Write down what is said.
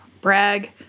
Brag